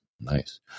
Nice